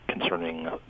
concerning